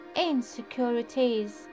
insecurities